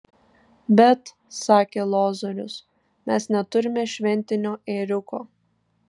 bet sakė lozorius mes neturime šventinio ėriuko